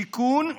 שיכון,